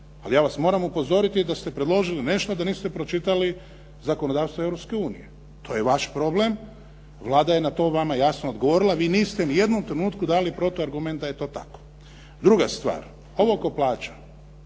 ali ja vas moram upozoriti da ste predložili nešto, a da niste pročitali zakonodavstvo Europske unije. To je vaš problem, Vlada je na to vama jasno odgovorila, vi niste ni u jednom trenutku dali protuargument da je to tako. Druga stvar, ovo oko plaća,